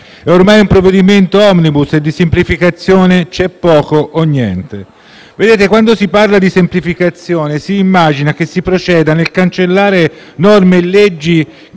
ormai un provvedimento *omnibus* e di semplificazione c'è poco o niente. Vedete, quando si parla di semplificazione si immagina che si proceda nel cancellare norme e leggi